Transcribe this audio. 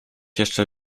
jeszcze